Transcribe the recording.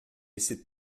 esse